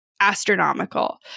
astronomical